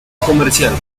comercial